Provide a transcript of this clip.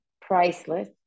priceless